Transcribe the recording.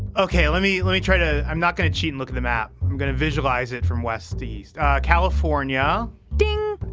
ok, let me let me try to. i'm not going to cheat. and look at the map. i'm going to visualize it from west east california ding,